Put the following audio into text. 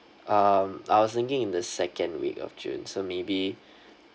um I was thinking in the second week of june so maybe